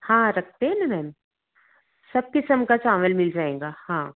हाँ रखते है न मैम सब किस्म का चावल मिल जाएगा हाँ